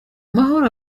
mahoro